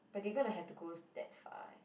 but they gonna have to go that far eh